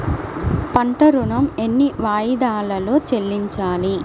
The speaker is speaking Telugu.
పంట ఋణం ఎన్ని వాయిదాలలో చెల్లించాలి?